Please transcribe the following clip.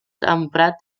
emprat